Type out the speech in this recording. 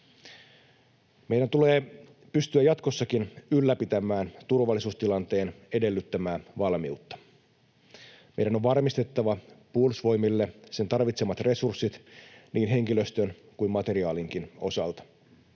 Meidän tulee pystyä jatkossakin ylläpitämään turvallisuustilanteen edellyttämää valmiutta. Meidän on varmistettava Puolustusvoimille niiden tarvitsemat resurssit niin henkilöstön kuin materiaalinkin osalta.